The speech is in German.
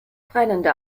tränende